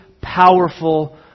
powerful